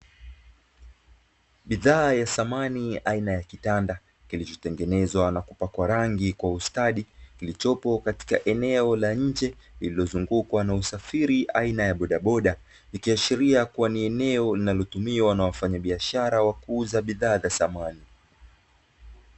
Bidhaa ya samani aina ya kitanda kilichotengenezwa na kupakwa rangi kwa ustadi, kilichopo eneo la nje lililozungukwa na usafiri aina ya bodaboda, ikiashiria kuwa ni eneo linalotumiwa na wafanyabiashara wa kuuza bidhaa za samani.